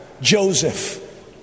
joseph